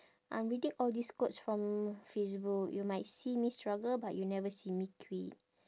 I'm reading all these quotes from facebook you might see me struggle but you never see me quit